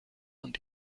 und